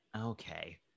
okay